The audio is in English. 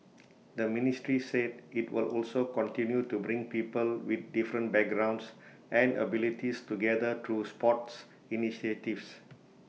the ministry said IT will also continue to bring people with different backgrounds and abilities together through sports initiatives